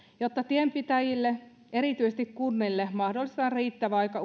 jotta tienpitäjille erityisesti kunnille mahdollistetaan riittävä aika